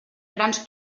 grans